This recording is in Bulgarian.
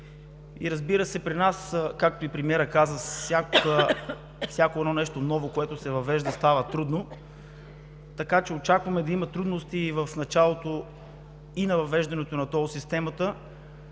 Разбира се, при нас, както и премиерът каза, всяко едно ново нещо, което се въвежда, става трудно, така че очакваме да има трудности и в началото на въвеждането на тол системата.